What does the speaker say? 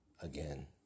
Again